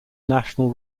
national